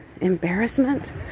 embarrassment